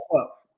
up